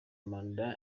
manda